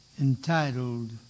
entitled